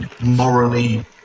morally